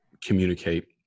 communicate